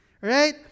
Right